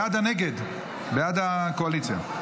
בעד הנגד, בעד הקואליציה.